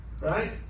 Right